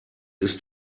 ist